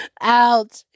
Ouch